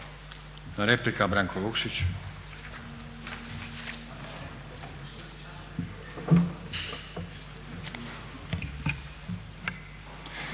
na repliku Branko Bačić.